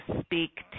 speak